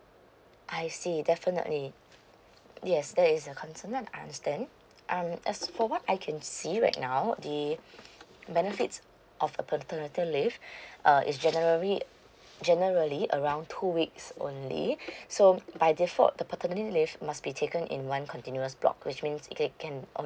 I see definitely yes that is a concern I understand um as for what I can see right now the benefits of a paternity leave err is generally generally around two weeks only so by default the paternity leave must be taken in one continuous block which means if they can only